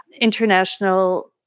international